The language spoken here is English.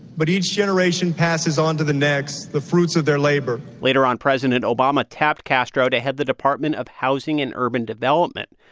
but each generation passes on to the next the fruits of their labor later on, president obama tapped castro to head the department of housing and urban development.